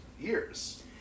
years